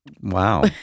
wow